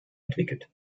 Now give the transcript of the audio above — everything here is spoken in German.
entwickelt